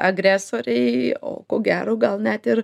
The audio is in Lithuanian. agresoriai o ko gero gal net ir